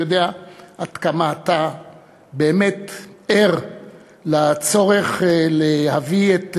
אני יודע עד כמה אתה באמת ער לצורך להביא את